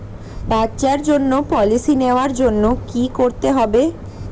বাচ্চার জন্য পলিসি নেওয়ার জন্য কি করতে হবে?